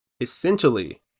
Essentially